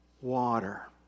water